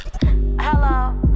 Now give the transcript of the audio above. Hello